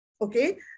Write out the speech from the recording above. okay